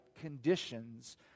conditions